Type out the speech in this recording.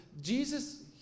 Jesus